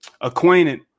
acquainted